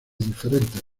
diferentes